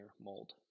mold